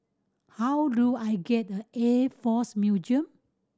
how do I get Air Force Museum